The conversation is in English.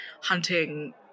hunting